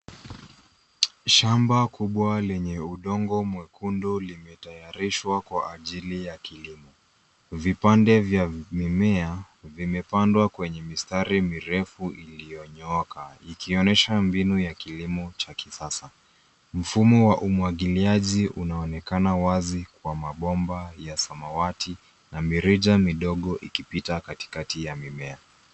Shamba kubwa lenye udongo mwekundu limetayarishwa kwa ajili ya kilimo. Vipande vya mimea vimepandwa kwenye mistari mirefu iliyonyooka ikionyesha mbinu ya kilimo cha kisasa. Mfumo wa umwagiliaji unaonekana wazi kwa mabomba ya samawati na mirija midogo ikipita katikati ya mimea.